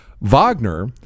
Wagner